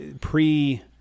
Pre